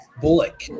bullock